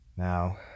Now